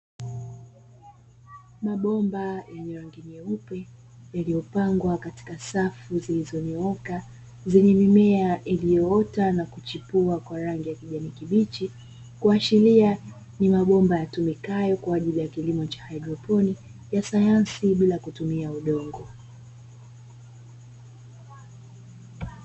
Mabomba yenye rangi nyeupe yaliyopangwa katika safu zilizonyooka zenye mimea iliyoota na kuchipua kwa rangi ya kijani kibichi, kuashiria ni mabomba yatumikayo kwa ajili ya kilimo cha haidroponi ya sayansi bila kutumia udongo.